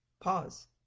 pause